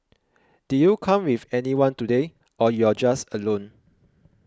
did you come with anyone today or you're just alone